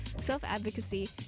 self-advocacy